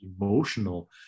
emotional